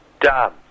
done